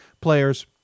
players